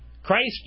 Christ